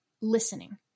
listening